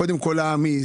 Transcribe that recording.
קודם כל להעמיס,